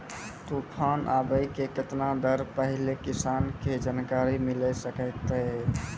तूफान आबय के केतना देर पहिले किसान के जानकारी मिले सकते?